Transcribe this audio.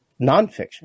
nonfiction